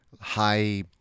high